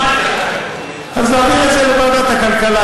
להעביר לוועדת הכלכלה,